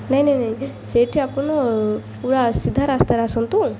ନାଇଁ ନାଇଁ ନାଇଁ ସେଇଠି ଆପଣ ପୁରା ସିଧା ରାସ୍ତାରେ ଆସନ୍ତୁ